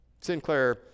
Sinclair